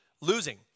losing